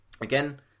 again